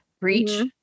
breach